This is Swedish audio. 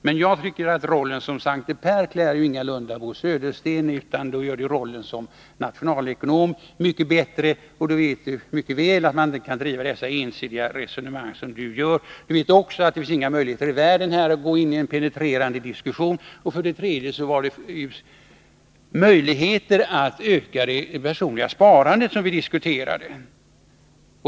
Men rollen som Sankte Per klär ingalunda Bo Södersten, utan han gör rollen som nationalekonom mycket bättre. Bo Södersten vet mycket väl att man inte kan driva så ensidiga resonemang som han här gör. Bo Södersten vet också att det inte finns några möjligheter i världen att gå ini en penetrerande diskussion. Dessutom var det möjligheterna att öka det personliga sparandet som vi diskuterade.